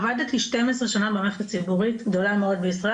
עבדתי 12 שנה במערכת הציבורית, גדולה מאוד בישראל.